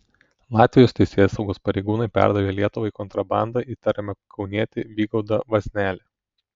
latvijos teisėsaugos pareigūnai perdavė lietuvai kontrabanda įtariamą kaunietį vygaudą vaznelį